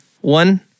One